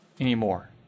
anymore